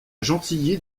gentilly